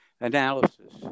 analysis